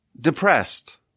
depressed